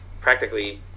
practically